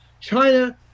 China